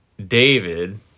David